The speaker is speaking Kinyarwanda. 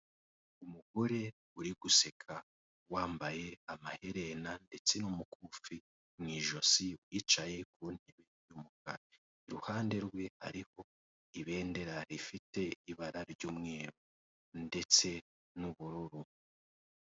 Umugore uri guseka, wambaye amaherena ndetse n'umukufi mu ijosi yicaye ku ntebe y'umukara, iruhande rwe hariho ibendera rifite ibara ry'umweru ndetse n'ubururu